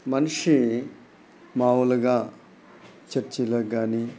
మనిషి మాములుగా చర్చీలకి కానీ